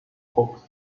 popes